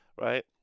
right